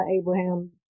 Abraham